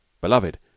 Beloved